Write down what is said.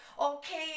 okay